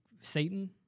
Satan